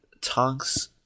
Tonks